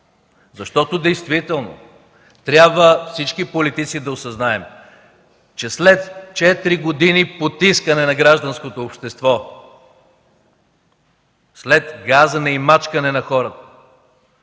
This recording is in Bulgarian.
Защото действително трябва всички политици да осъзнаем, че след четири години потискане на гражданското общество, след газене и мачкане на хората,